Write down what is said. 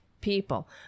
people